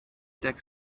deg